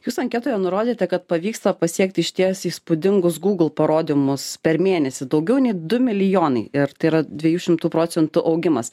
jūsų anketoje nurodyta kad pavyksta pasiekti išties įspūdingus google parodymus per mėnesį daugiau nei du milijonai ir tai yra dviejų šimtų procentų augimas